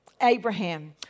Abraham